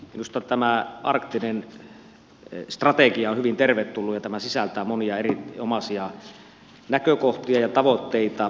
minusta tämä arktinen strategia on hyvin tervetullut ja tämä sisältää monia erinomaisia näkökohtia ja tavoitteita